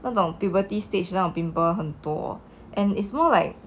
那种 puberty stage 那种 pimple 很多 and it's more like